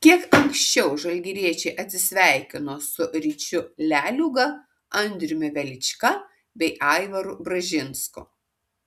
kiek anksčiau žalgiriečiai atsisveikino su ryčiu leliūga andriumi velička bei aivaru bražinsku